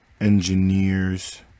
engineers